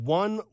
one